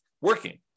working